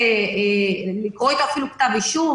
או לקרוא איתו כתב אישום,